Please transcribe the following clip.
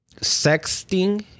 sexting